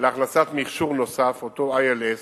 להכנסת מכשור נוסף, אותו ILS,